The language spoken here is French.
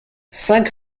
cinq